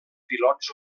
pilots